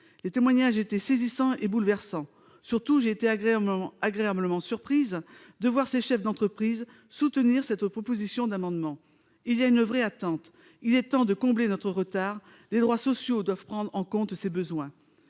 Les témoignages étaient saisissants et bouleversants, et j'ai été agréablement surprise de voir ces chefs d'entreprise soutenir cette proposition. Ce sujet suscite une véritable attente, et il est temps de combler notre retard. Les droits sociaux doivent prendre en compte ces besoins